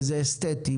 וזה אסתטי,